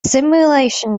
simulation